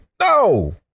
No